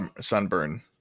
sunburn